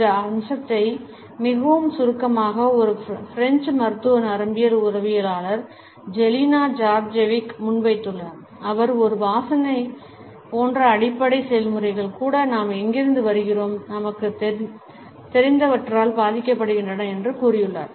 இந்த அம்சத்தை மிகவும் சுருக்கமாக ஒரு பிரெஞ்சு மருத்துவ நரம்பியல் உளவியலாளர் ஜெலினா ஜார்ஜெவிக் முன்வைத்துள்ளார் அவர் ஒரு வாசனை வாசனை போன்ற அடிப்படை செயல்முறைகள் கூட நாம் எங்கிருந்து வருகிறோம் நமக்குத் தெரிந்தவற்றால் பாதிக்கப்படுகின்றன என்று கூறியுள்ளார்